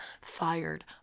fired